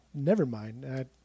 Nevermind